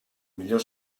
millor